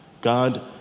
God